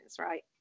right